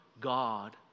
God